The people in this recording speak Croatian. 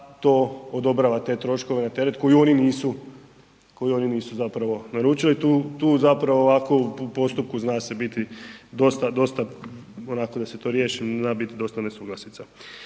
to odobrava te troškove na teret koji oni nisu zapravo naručili, tu zapravo ovako u postupku zna se biti dosta, dosta, onako da se to riješi zna biti dosta nesuglasica.